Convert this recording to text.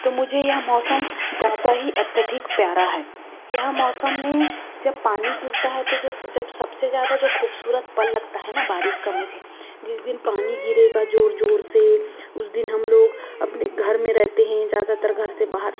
तो मुझे यह मौसम ज़्यादा ही अत्यधिक प्यारा है यह मौसम में जब पानी गिरता है तो जो सबसे ज़्यादा जो खूबसूरत पल लगता है ना बारिश का मुझे जिस दिन पानी गिरेगा जोर जोर से उस दिन हम लोग अपने घर में रहते हैं ज़्यादातर घर से बाहर